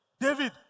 David